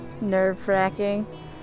nerve-wracking